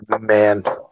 man